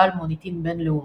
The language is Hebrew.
בעל מוניטין בינלאומי.